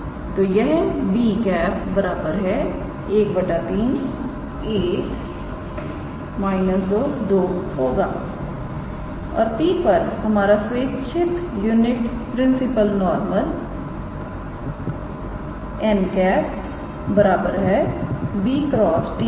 तो यह 𝑏̂ 1 3 1 −22 होगा और P पर हमारा स्वेच्छित यूनिट प्रिंसिपल नॉरमल 𝑛̂ 𝑏̂ × 𝑡̂ है